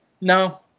No